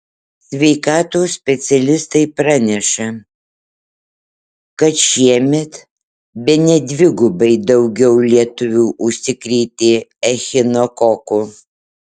sveikatos specialistai praneša kad šiemet bene dvigubai daugiau lietuvių užsikrėtė echinokoku